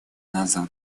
назад